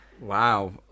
Wow